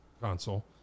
console